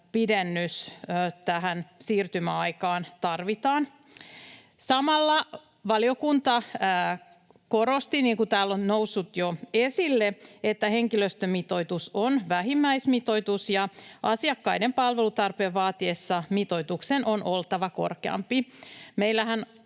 pidennys siirtymäaikaan tarvitaan. Samalla valiokunta korosti, niin kuin täällä on noussut jo esille, että henkilöstömitoitus on vähimmäismitoitus ja asiakkaiden palvelutarpeen vaatiessa mitoituksen on oltava korkeampi.